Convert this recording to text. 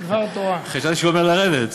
חשבתי שהוא אומר לרדת.